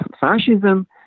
Fascism